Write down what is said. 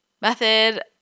method